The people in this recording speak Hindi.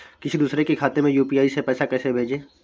किसी दूसरे के खाते में यू.पी.आई से पैसा कैसे भेजें?